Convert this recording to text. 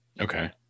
Okay